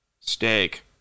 Steak